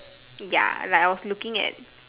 ya like I was looking at